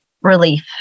relief